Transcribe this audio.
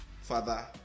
father